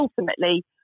ultimately